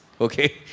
okay